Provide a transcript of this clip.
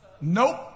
nope